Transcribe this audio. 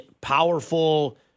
powerful